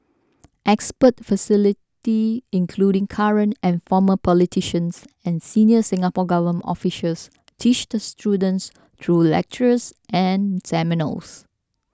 expert facility including current and former politicians and senior Singapore Government officials teach the students through lectures and seminars